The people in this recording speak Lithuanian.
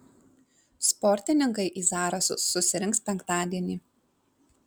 sportininkai į zarasus susirinks penktadienį